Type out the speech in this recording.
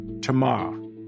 tomorrow